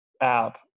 app